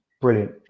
brilliant